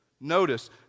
Notice